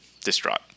distraught